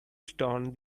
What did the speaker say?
stunned